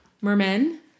Mermen